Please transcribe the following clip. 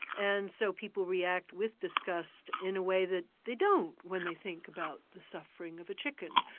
and so people react with disgust in a way that they don't when they think about the suffering of a chicken,